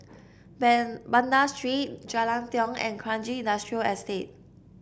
Ben Banda Street Jalan Tiong and Kranji Industrial Estate